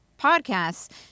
podcasts